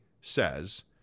says